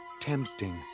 tempting